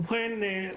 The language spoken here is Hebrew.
ובכן,